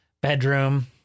bedroom